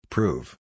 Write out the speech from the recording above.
Prove